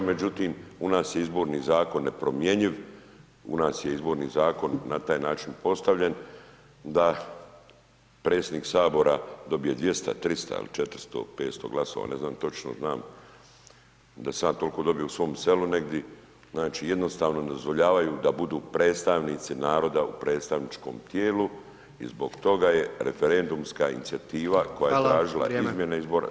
Međutim, u nas je izborni zakon nepromjenjiv, u nas je izborni zakon, na taj način postavljen, da predsjednik Sabora, dobije 200, 300 ili 400, 500 glasova, ne znam točno, ali znam da sam ja toliko dobio u svom selu negdje, znači jednostavno ne dozvoljavaju da budu predstavnici naroda u predstavničkom tijelu i zbog toga je referendumska inicijativa koja je tražila izmjene izbora.